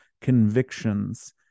convictions